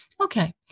okay